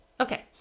Okay